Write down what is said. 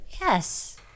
Yes